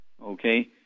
Okay